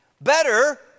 Better